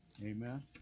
Amen